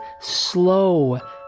slow